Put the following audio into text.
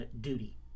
duty